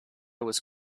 was